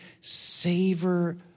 savor